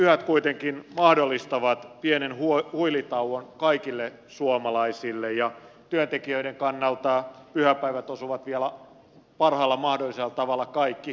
joulunpyhät kuitenkin mahdollistavat pienen huilitauon kaikille suomalaisille ja työntekijöiden kannalta pyhäpäivät osuvat vielä parhaalla mahdollisella tavalla kaikki arkipäiviin